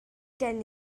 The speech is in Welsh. gen